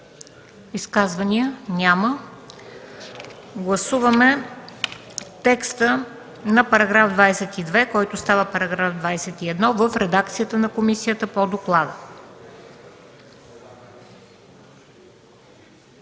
Изказвания? Няма. Гласуваме текста на § 22, който става § 21 в редакцията на комисията по доклада.